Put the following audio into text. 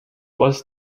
was